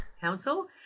Council